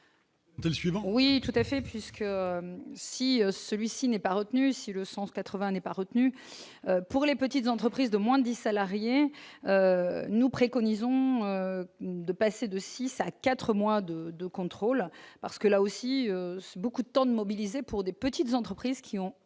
oui tout à fait puisque si celui-ci n'ait pas retenu ici le sens 80 n'est pas retenu pour les petites entreprises de moins 10 salariés nous préconisons de passer de 6 à 4 mois de de contrôle parce que là aussi beaucoup de temps, de mobiliser pour des petites entreprises qui ont